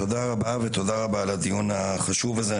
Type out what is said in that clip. תודה רבה, ותודה רבה על הדיון החשוב הזה.